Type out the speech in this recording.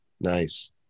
Nice